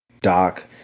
Doc